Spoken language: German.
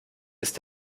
ist